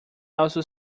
also